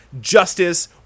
justice